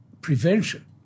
prevention